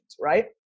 Right